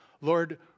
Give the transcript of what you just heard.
Lord